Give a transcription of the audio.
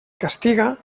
castiga